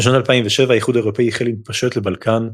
בשנת 2007 האיחוד האירופי החל מתפשט לבלקן,